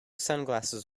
sunglasses